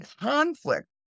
conflict